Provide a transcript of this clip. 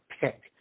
pick